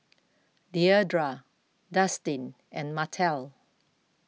Deidra Dustin and Martell